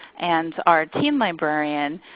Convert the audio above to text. and our team librarian.